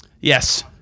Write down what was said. yes